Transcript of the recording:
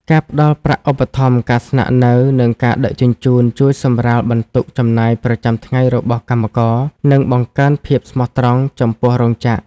ការផ្ដល់ប្រាក់ឧបត្ថម្ភការស្នាក់នៅ និងការដឹកជញ្ជូន ជួយសម្រាលបន្ទុកចំណាយប្រចាំថ្ងៃរបស់កម្មករ និងបង្កើនភាពស្មោះត្រង់ចំពោះរោងចក្រ។